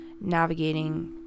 navigating